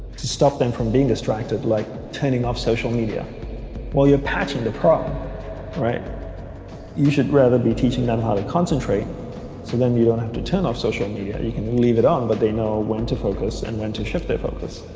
stop them from being distracted like turning off social media while you're patching the problem right you should rather be teaching them how to concentrate so then you don't have to turn off social media you can leave it on but they know when to focus and when to shift their focus